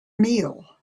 meal